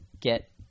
get